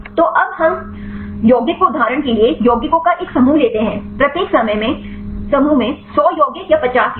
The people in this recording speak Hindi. तो अब हम यौगिक को उदाहरण के लिए यौगिकों का एक समूह लेते हैं प्रत्येक समूह में 100 यौगिक या 50 यौगिक